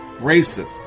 racist